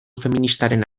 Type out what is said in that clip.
feministaren